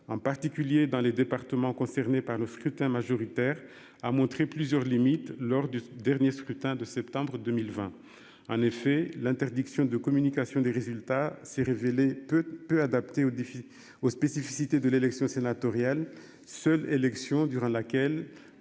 En particulier dans les départements concernés par le scrutin majoritaire a montré plusieurs limites lors du dernier scrutin de septembre 2020. En effet l'interdiction de communication des résultats s'est révélé peu peu adapté aux défis aux spécificités de l'élection sénatoriale seule élections durant laquelle